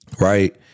Right